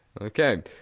Okay